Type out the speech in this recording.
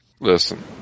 Listen